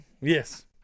Yes